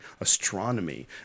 astronomy